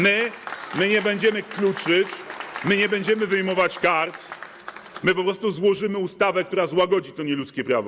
My nie będziemy kluczyć, my nie będziemy wyjmować kart, my po prostu złożymy ustawę, która złagodzi to nieludzkie prawo.